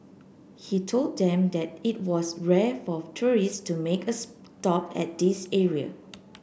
he told them that it was rare for tourists to make a stop at this area